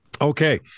okay